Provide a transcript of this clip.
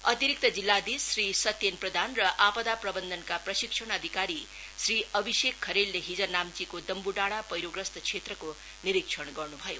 अतिरिक्त जिल्लाधीश श्री सत्येन प्रधान र आपदा प्रवन्धन का प्रशिक्षण अधिकारी श्री अभिषेक खरेलले हिज नाम्चीको दम्वुडाँड़ी पैह्रोग्रस्त क्षेत्रको निरीक्षण गर्नु भयो